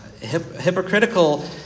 hypocritical